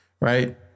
Right